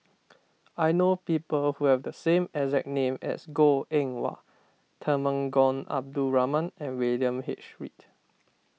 I know people who have the exact name as Goh Eng Wah Temenggong Abdul Rahman and William H Read